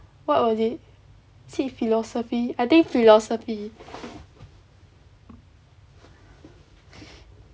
what was it is it philosophy I think philosophy